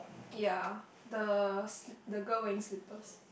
ya the the girl wearing slippers